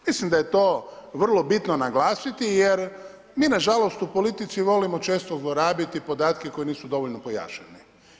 Mislim da je to vrlo bitno naglasiti jer mi na žalost u politici volimo često zlorabiti podatke koji nisu dovoljno pojašnjeni.